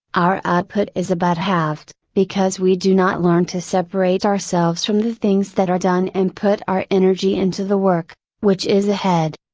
our output is about halved, because we do not learn to separate ourselves from the things that are done and put our energy into the work, which is ahead.